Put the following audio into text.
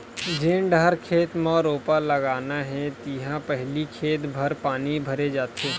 जेन डहर खेत म रोपा लगाना हे तिहा पहिली खेत भर पानी भरे जाथे